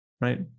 right